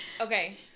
Okay